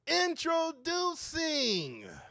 Introducing